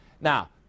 Now